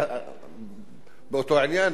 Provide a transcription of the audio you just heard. באותו עניין,